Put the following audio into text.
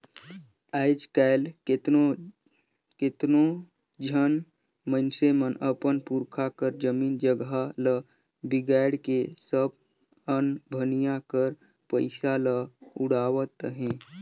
आएज काएल केतनो झन मइनसे मन अपन पुरखा कर जमीन जगहा ल बिगाएड़ के सब अनभनिया कर पइसा ल उड़ावत अहें